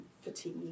fatigue